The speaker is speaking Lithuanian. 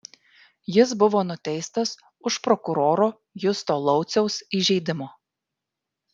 jis buvo nuteistas už prokuroro justo lauciaus įžeidimo